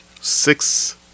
six